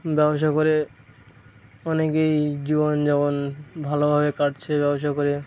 ব্যবসা করে অনেকেই জীবনযাপন ভালোভাবে কাটছে ব্যবসা করে